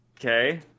Okay